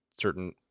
certain